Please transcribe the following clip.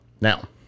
Now